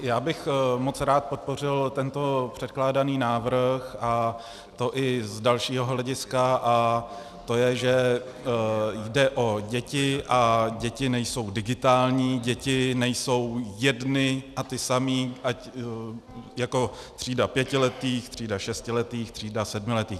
Já bych moc rád podpořil tento předkládaný návrh, a to i z dalšího hlediska, to je, že jde o děti, a děti nejsou digitální, děti nejsou jedny a tytéž, ať jako třída pětiletých, třída šestiletých, třída sedmiletých.